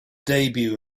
debut